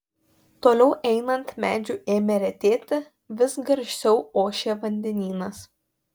toliau einant medžių ėmė retėti vis garsiau ošė vandenynas